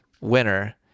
winner